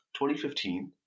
2015